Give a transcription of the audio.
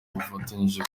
bafatanyije